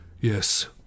yes